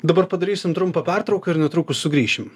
dabar padarysim trumpą pertrauką ir netrukus sugrįšim